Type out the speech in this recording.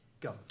Go